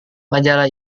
majalah